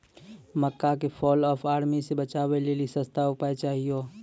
मक्का के fall of army से बचाबै लेली सस्ता उपाय चाहिए?